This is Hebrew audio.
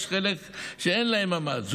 שיש חלק שאין להם ממ"ד.